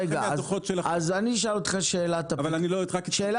אני אשאל אותך שאלת אפיקורוס.